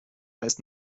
eis